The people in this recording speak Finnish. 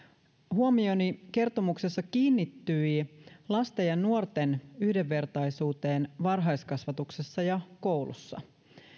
huomioni kertomuksessa kiinnittyi lasten ja nuorten yhdenvertaisuuteen varhaiskasvatuksessa ja koulussa